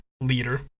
leader